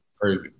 Crazy